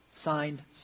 Signed